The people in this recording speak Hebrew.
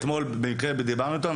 במקרה אתמול דיברנו איתם.